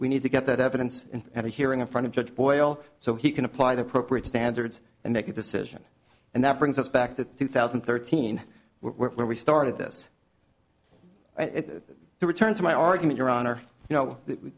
we need to get that evidence and have a hearing in front of judge boyle so he can apply the appropriate standards and make a decision and that brings us back to two thousand and thirteen were when we started this the return to my argument your honor you know the